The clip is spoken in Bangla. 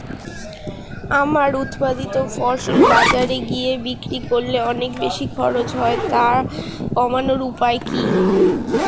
আমার উৎপাদিত ফসল বাজারে গিয়ে বিক্রি করলে অনেক খরচ হয়ে যায় তা কমানোর উপায় কি?